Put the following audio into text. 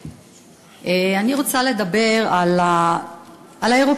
אני רוצה לדבר על האירופים.